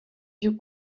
you